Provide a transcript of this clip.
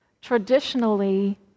traditionally